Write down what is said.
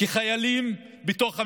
כחיילים בתוך הממשלה,